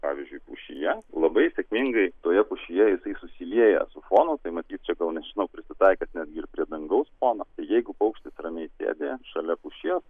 pavyzdžiui pušyje labai sėkmingai toje pušyje jisai susilieja su fonu tai matyt čia gal nežinau prisitaikęs netgi ir prie dangaus fono jeigu paukštis ramiai sėdi šalia pušies